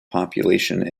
population